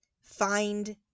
find